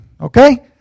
Okay